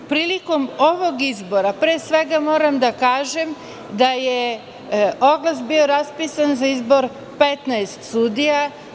Prilikom ovog izbora, pre svega moram da kažem da je oglas bio raspisan za izbor 15 sudija.